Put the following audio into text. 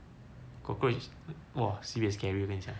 cockroach !whoa! sibeh scary 我跟你讲 okay lah